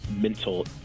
mental